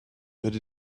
but